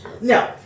No